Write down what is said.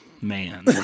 Man